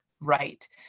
Right